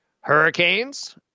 Hurricanes